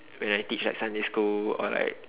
when I teach at Sunday school or like